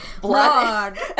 Blood